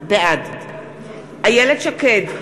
בעד איילת שקד,